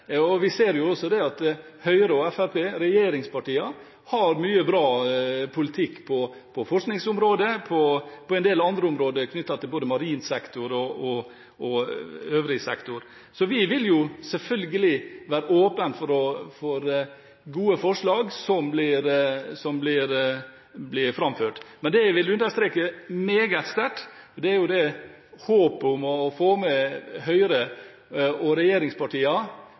Venstre. Vi ser også at Høyre og Fremskrittspartiet, regjeringspartiene, har mye bra politikk på forskningsområdet og på en del andre områder knyttet til både marin sektor og øvrige sektorer. Så vi vil selvfølgelig være åpen for gode forslag som blir lagt fram. Men det jeg vil understreke meget sterkt, er håpet om å få med